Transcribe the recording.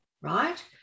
right